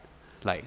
like